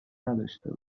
نداشته